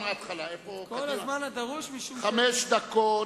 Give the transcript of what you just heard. חמש דקות.